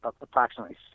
approximately